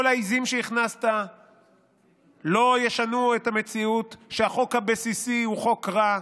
כל העיזים שהכנסת לא ישנו את המציאות שהחוק הבסיסי הוא חוק רע.